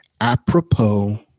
apropos